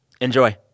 enjoy